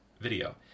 video